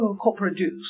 co-produce